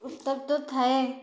ଉତ୍ତପ୍ତ ଥାଏ